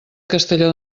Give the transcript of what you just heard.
castelló